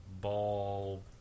ball